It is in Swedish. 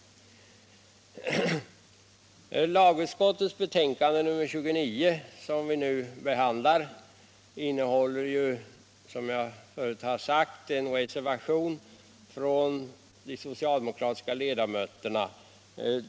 Lagutskottets betänkande nr 29 som vi nu behandlar innehåller en reservation från de socialdemokratiska ledamöterna.